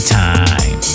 time